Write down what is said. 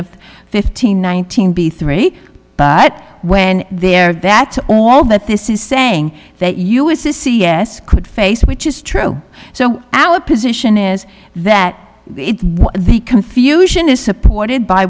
of fifteen nineteen b three but when they're that all that this is saying that us is c s could face which is true so our position is that the confusion is supported by